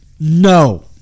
No